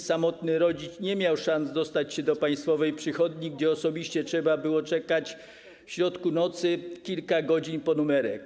Samotny rodzic nie miał szans dostać się do państwowej przychodni, gdzie osobiście trzeba było czekać w środku nocy kilka godzin po numerek.